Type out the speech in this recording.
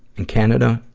in canada,